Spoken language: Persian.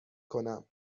کنم